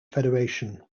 federation